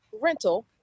rental